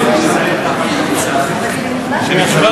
של חבר הכנסת ניצן